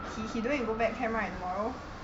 he he don't need to go back camp right tomorrow